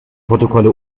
protokolle